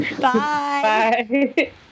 Bye